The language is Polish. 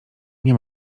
nie